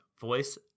voice